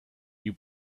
you